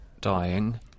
dying